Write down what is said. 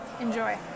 Enjoy